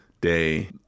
day